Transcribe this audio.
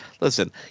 Listen